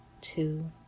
two